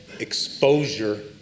Exposure